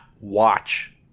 watch